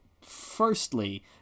Firstly